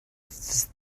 does